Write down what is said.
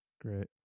Great